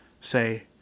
say